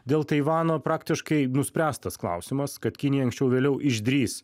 dėl taivano praktiškai nuspręstas klausimas kad kinija anksčiau vėliau išdrįs